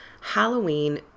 Halloween